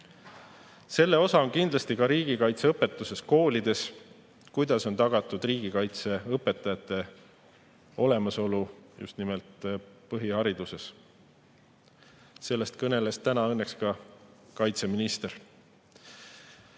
Selle osa on kindlasti ka riigikaitseõpetus koolides ning see, kuidas on tagatud riigikaitseõpetajate olemasolu, just nimelt põhihariduses. Sellest kõneles täna õnneks ka kaitseminister.